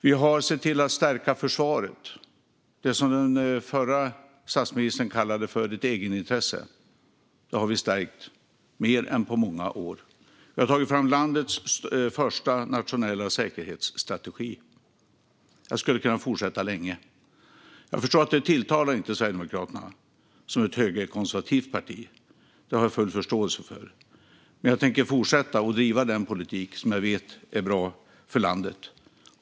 Vi har sett till att stärka försvaret. Det som den förra statsministern kallade ett egenintresse har vi stärkt mer än på många år. Vi har tagit fram landets första nationella säkerhetsstrategi. Jag skulle kunna fortsätta länge. Jag förstår att det inte tilltalar Sverigedemokraterna, som är ett högerkonservativt parti. Det har jag full förståelse för. Men jag tänker fortsätta att driva den politik som jag vet är bra för landet.